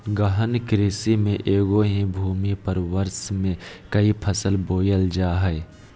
गहन कृषि में एगो ही भूमि पर वर्ष में क़ई फसल बोयल जा हइ